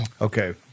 Okay